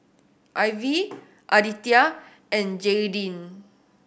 Ivy Aditya and Jaydin